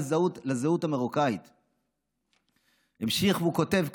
לזהות המרוקאית, הוא המשיך וכתב,